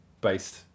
based